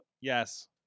Yes